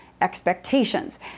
expectations